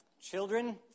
children